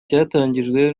cyatangijwe